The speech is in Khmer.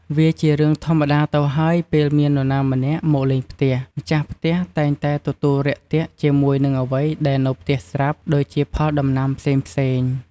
វាជារឿងធម្មតាទៅហើយពេលមាននរណាម្នាក់មកលេងផ្ទះ ម្ចាស់តែងតែទទួលរាក់ទាក់ជាមួយនឹងអ្វីដែរនៅផ្ទះស្រាប់ ដូចជាផលដំណាំផ្សេងៗ។